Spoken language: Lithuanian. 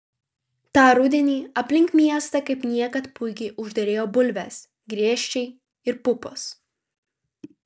tą rudenį aplink miestą kaip niekad puikiai užderėjo bulvės griežčiai ir pupos